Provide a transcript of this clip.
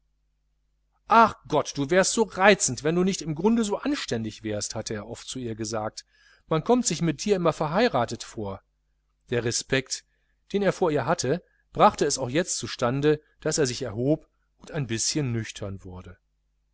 ach gott du wärst so reizend wenn du nicht im grunde so anständig wärst hatte er oft zu ihr gesagt man kommt sich mit dir immer verheiratet vor der respekt den er vor ihr hatte brachte es jetzt auch zustande daß er sich erhob und ein bischen nüchtern wurde